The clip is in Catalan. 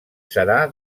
serà